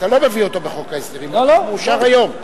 אתה לא מביא אותו בחוק ההסדרים, הוא מאושר היום.